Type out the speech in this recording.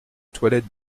toilette